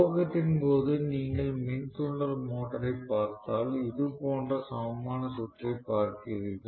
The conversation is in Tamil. துவக்கத்தின் போது நீங்கள் மின் தூண்டல் மோட்டாரைப் பார்த்தால் இது போன்ற சமமான சுற்றை பார்க்கிறீர்கள்